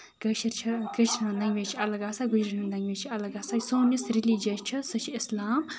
کٲشِر چھِ کٲشِر لیگویج چھِ الگ آسان گُجرین ہٕنٛز لیگویج چھِ الگ آسان سوٚن یُس ریلِجن چھُ سُہ چھُ اِسلام